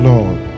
Lord